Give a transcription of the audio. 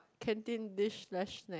canteen dish slash snack